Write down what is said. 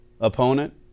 opponent